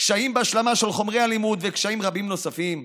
קשיים בהשלמה של חומרי הלימוד וקשיים רבים נוספים.